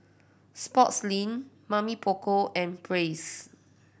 Sportslink Mamy Poko and Praise